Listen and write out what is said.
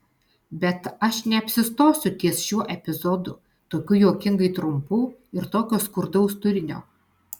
bet aš neapsistosiu ties šiuo epizodu tokiu juokingai trumpu ir tokio skurdaus turinio